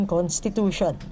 Constitution